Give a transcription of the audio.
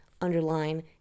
underline